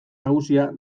nagusia